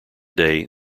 day